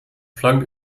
planck